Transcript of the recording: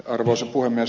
arvoisa puhemies